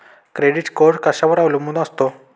Credit score कशावर अवलंबून असतो?